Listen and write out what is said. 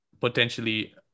potentially